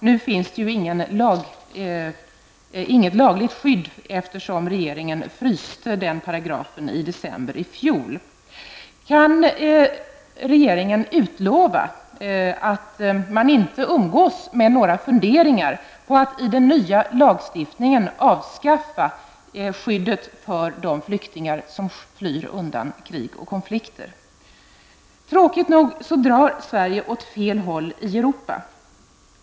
Nu finns inget lagligt skydd, eftersom regeringen fryste den paragrafen i december i fjol. Kan regeringen utlova att man inte umgås med några funderingar på att i den nya lagstiftningen avskaffa skyddet för de flyktingar som flyr undan krig och konflikter? Tråkigt nog drar Sverige åt fel håll i Europa.